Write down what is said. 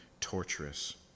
torturous